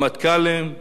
עמוס ידלין,